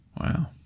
Wow